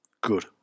Good